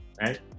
Right